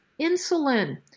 insulin